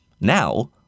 Now